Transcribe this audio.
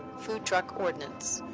food truck ordinance,